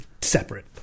separate